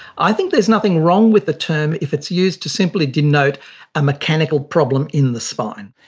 i think there's nothing wrong with the term if it's used to simply denote a mechanical problem in the spine.